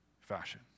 fashion